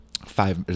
Five